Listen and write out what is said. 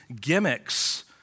gimmicks